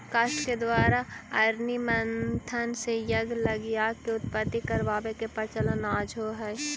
काष्ठ के द्वारा अरणि मन्थन से यज्ञ लगी आग के उत्पत्ति करवावे के प्रचलन आजो हई